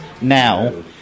now